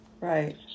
right